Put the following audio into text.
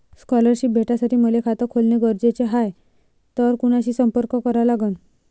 Scholarship भेटासाठी मले खात खोलने गरजेचे हाय तर कुणाशी संपर्क करा लागन?